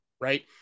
right